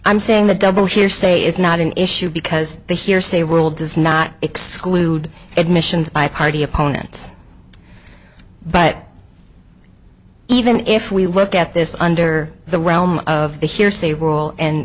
i'm saying the double hearsay is not an issue because the hearsay rule does not exclude admissions by party opponents but even if we look at this under the realm of the hearsay rule and